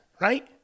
right